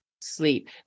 sleep